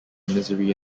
misery